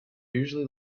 usually